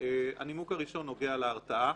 הנימוק הראשון נוגע להרתעה.